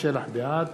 בעד